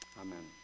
Amen